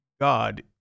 God